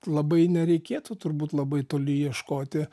labai nereikėtų turbūt labai toli ieškoti